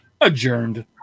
Adjourned